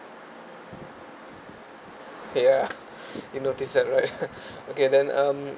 ya you notice that right okay then um